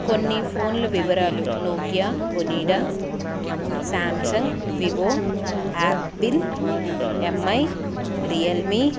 కొన్ని ఫోన్లు వివరాలు Nokia Onida Samsung Vivo Apple Mi Realme